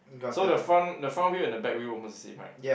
so the front the front wheel and the back wheel almost the same right